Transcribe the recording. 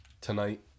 ...tonight